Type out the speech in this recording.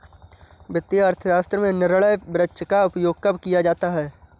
वित्तीय अर्थशास्त्र में निर्णय वृक्ष का उपयोग कब किया जाता है?